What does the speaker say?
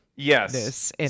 Yes